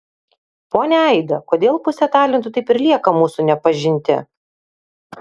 ponia aida kodėl pusė talentų taip ir lieka mūsų nepažinti